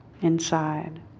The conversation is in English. inside